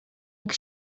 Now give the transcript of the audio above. jak